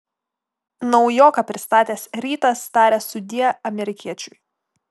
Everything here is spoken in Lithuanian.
naujoką pristatęs rytas taria sudie amerikiečiui